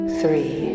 three